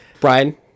Brian